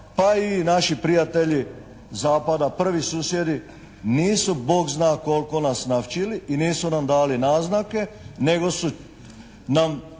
pa i naši prijatelji zapada, prvi susjedi nisu Bog zna koliko nas navčili i nesu nam dali naznake, nego su nam